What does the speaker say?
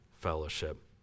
fellowship